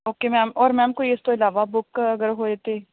okay ma'am ਔਰ ma'am ਕੋਈ ਇਸ ਤੋਂ ਇਲਾਵਾ ਬੁੱਕ ਅਗਰ ਹੋਵੇ ਤਾਂ